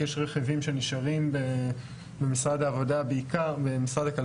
כי יש רכיבים שנשארים במשרד הכלכלה,